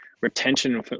retention